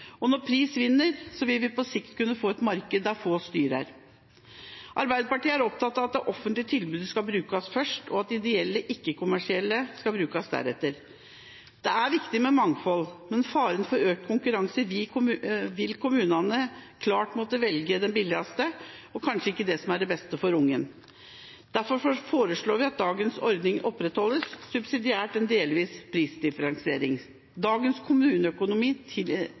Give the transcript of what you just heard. arbeidstid. Når pris vinner, vil vi på sikt kunne få et marked der få styrer. Arbeiderpartiet er opptatt av at det offentlige tilbudet skal brukes først, og at ideelle ikke-kommersielle skal brukes deretter. Det er viktig med mangfold, men med faren for økt konkurranse vil kommunene klart måtte velge det billigste, og kanskje ikke det som er det beste for ungen. Derfor foreslår vi at dagens ordning opprettholdes, subsidiært en delvis prisdifferensiering. Dagens kommuneøkonomi tilsier ikke at det vil være lett å få til